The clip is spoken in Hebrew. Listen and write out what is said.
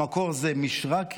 המקור זה מישרקי,